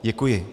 Děkuji.